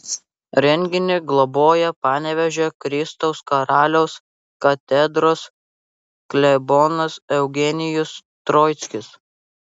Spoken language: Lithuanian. renginį globoja panevėžio kristaus karaliaus katedros klebonas eugenijus troickis